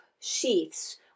sheaths